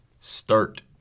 start